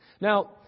Now